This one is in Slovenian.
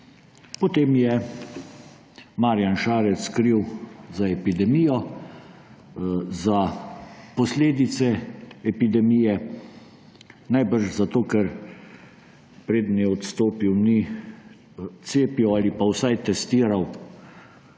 potem je Marjan Šarec kriv za epidemijo, za posledice epidemije najbrž zato, ker preden je odstopil, ni cepil ali pa vsaj testiral